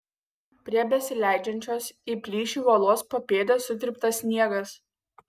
prie besileidžiančios į plyšį uolos papėdės sutryptas sniegas